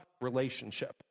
relationship